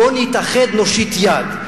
בוא נתאחד ונושיט יד.